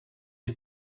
you